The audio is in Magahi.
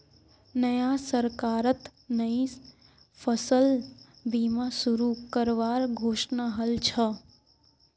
नया सरकारत नई फसल बीमा शुरू करवार घोषणा हल छ